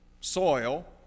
soil